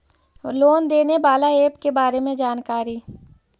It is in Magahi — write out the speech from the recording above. लोन देने बाला ऐप के बारे मे जानकारी?